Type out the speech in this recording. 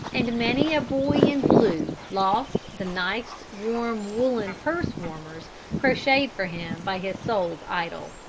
and many a boy in blue lost the nice warm woollen pulse-warmers crocheted for him by his soul's idol.